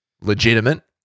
legitimate